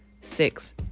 Six